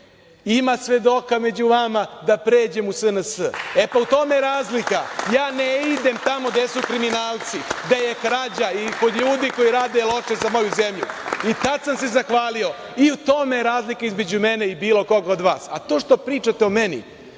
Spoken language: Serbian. ima svedoka među vama, da pređem u SNS. U tome je razlika. Ja ne idem tamo gde su kriminalci, gde je krađa i kod ljudi koji rade loše za moju zemlju. Tada sam se zahvalio i u tome je razlika između mene i bilo koga od vas. To što pričate o meni